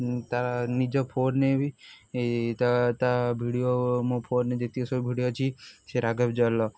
ତ ନିଜ ଫୋନ୍ରେ ବି ତା ତା ଭିଡ଼ିଓ ମୋ ଫୋନ୍ରେ ଯେତିକି ସବୁ ଭିଡ଼ିଓ ଅଛି ସେ ରାଘବ୍ ଜୁୱାଲ୍ର